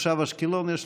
תושב אשקלון,